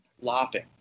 Lopping